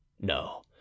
no